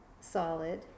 solid